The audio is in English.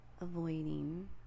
avoiding